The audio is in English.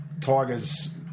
Tigers